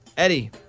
Eddie